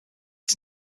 its